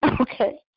Okay